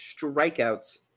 strikeouts